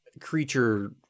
creature